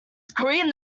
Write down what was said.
screwing